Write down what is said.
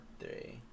Three